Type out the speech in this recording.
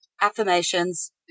affirmations